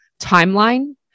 timeline